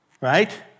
Right